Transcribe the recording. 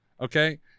Okay